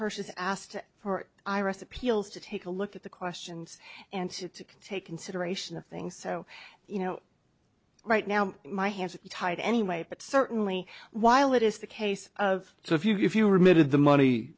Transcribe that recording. hearses asked for iris appeals to take a look at the questions and to take consideration of things so you know right now my hands are tied anyway but certainly while it is the case of so if you were mid the money